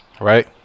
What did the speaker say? Right